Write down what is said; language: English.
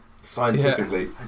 scientifically